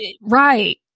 Right